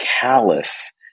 callous